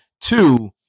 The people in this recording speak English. Two